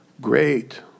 Great